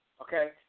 Okay